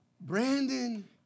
Brandon